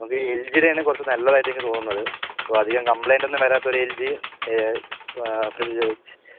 നമക്കീ എൽ ജിടെയാണ് കുറച്ച് നാല്ലതായിട്ട് എനിക്ക് തോന്നുന്നത് അപ്പൊൾ അധികം കംപ്ളേയ്ൻറ്റൊന്നും വെരാത്തൊന്ന് എൽ ജിയും ഏ ഫ്രി